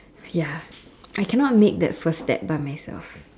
ya I cannot make the first step by myself